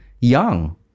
young